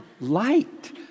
light